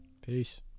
Peace